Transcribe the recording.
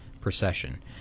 procession